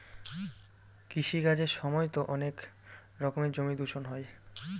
কৃষি কাজের সময়তো অনেক রকমের জমি দূষণ হয়